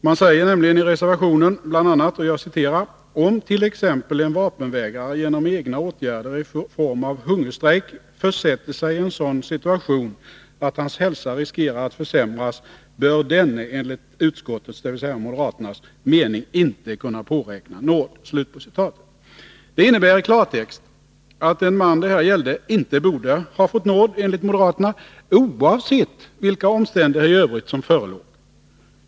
Man säger nämligen i reservationen bl.a.: ”Om t.ex. en vapenvägrare genom egna åtgärder i form av hungerstrejk försätter sig i en sådan situation att hans hälsa riskerar att försämras, bör denne enligt utskottets mening ”— alltså moderaternas mening — ”inte kunna påräkna nåd.” Detta innebär i klartext att den man det här gällde inte borde ha fått nåd enligt moderaterna, oavsett vilka omständigheter i övrigt som förelåg.